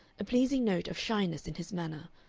a pleasing note of shyness in his manner,